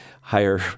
higher